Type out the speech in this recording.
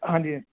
ਹਾਂਜੀ